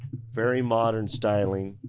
very modern styling